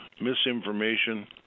misinformation